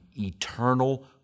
eternal